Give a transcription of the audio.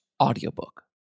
audiobook